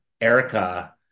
Erica